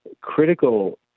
Critical